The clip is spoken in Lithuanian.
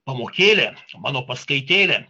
pamokėlė mano paskaitėlė